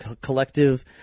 collective